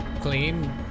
clean